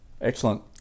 Excellent